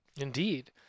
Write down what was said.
Indeed